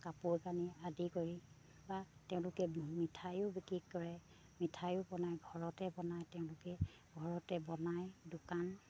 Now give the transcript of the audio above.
কাপোৰ পানী আদি কৰি বা তেওঁলোকে মিঠাইও বিক্ৰী কৰে মিঠাইও বনায় ঘৰতে বনায় তেওঁলোকে ঘৰতে বনাই দোকান